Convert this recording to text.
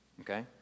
Okay